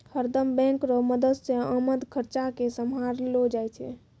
हरदम बैंक रो मदद से आमद खर्चा के सम्हारलो जाय छै